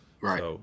Right